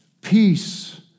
peace